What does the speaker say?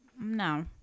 No